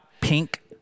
pink